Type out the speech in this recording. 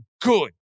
good